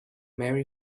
marry